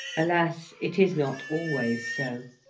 alas, it is not always so.